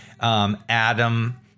Adam